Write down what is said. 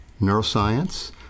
neuroscience